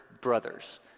brothers